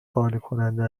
قانعکننده